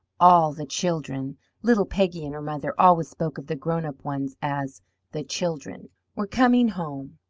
all the children little peggy and her mother always spoke of the grown-up ones as the children were coming home.